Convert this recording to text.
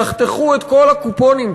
תחתכו את כל הקופונים,